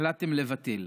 החלטתם לבטל.